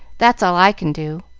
that's all i can do.